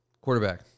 Quarterback